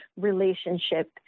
relationship